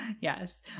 Yes